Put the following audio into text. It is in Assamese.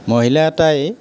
মহিলা এটাই